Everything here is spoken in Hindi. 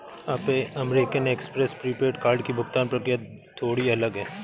अमेरिकन एक्सप्रेस प्रीपेड कार्ड की भुगतान प्रक्रिया थोड़ी अलग है